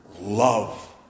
Love